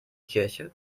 kirche